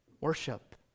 Worship